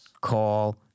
call